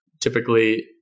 Typically